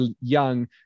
young